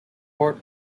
court